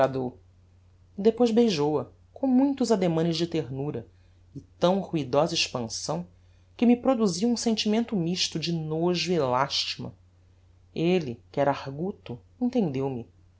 bradou e depois beijou-a com muitos ademanes de ternura e tão ruidosa expansão que me produziu um sentimento mixto de nôjo e lastima elle que era arguto entendeu me